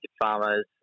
Farmers